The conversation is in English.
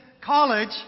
College